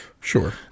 Sure